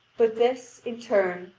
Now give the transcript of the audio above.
but this, in turn,